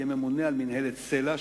יהיה ממונה על מינהלת סל"ע,